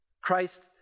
Christ